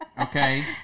okay